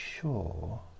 sure